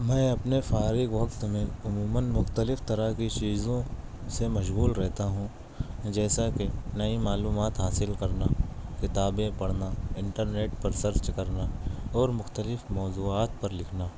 ميں اپنے فارغ وقت ميں عموماً مختلف طرح كے چيزوں سے مشغول رہتا ہوں جیساکہ نئی معلومات حاصل کرنا کتابیں پڑھنا انٹرنیٹ پر سرچ کرنا اور مختلف موضوعات پر لکھنا